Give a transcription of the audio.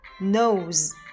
nose